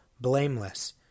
blameless